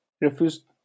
refused